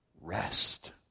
rest